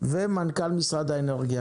ומנכ"ל משרד האנרגיה.